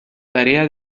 tarea